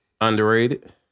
Underrated